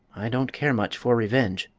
i don't care much for revenge,